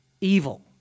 evil